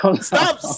Stop